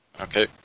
Okay